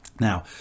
Now